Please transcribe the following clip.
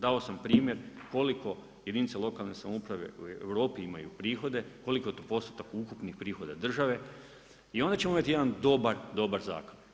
Dao sam primjer koliko jedinica lokalne samouprave u Europi imaju prihode, koliko je to postotak ukupnih prihoda države i onda ćemo imati jedan dobar zakon.